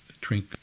drink